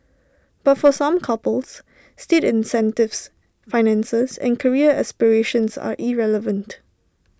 but for some couples state incentives finances and career aspirations are irrelevant